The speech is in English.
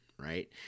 Right